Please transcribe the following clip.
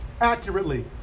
Accurately